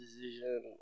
decision